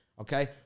okay